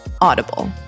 Audible